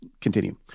continue